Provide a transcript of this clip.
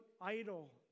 idol